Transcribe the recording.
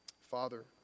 Father